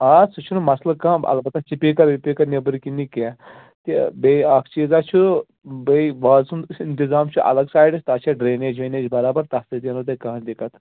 آ سُہ چھُنہٕ مَسلہٕ کانٛہہ البتہٕ سُپیٖکَر وُپیٖکَر نٮ۪برٕ کِنۍ نہٕ کیٚنٛہہ تہٕ بیٚیہِ اَکھ چیٖزا چھُو بیٚیہِ وازٕ سُنٛد یُس اِنتظام چھُ الگ سایڈَس تَتھ چھِ ڈرٛیٚنیٚج ویٚنیٚج برابر تَتھ سۭتۍ یِیِو نہٕ تۄہہِ کانٛہہ دِقعت